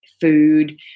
food